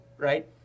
Right